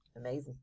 Amazing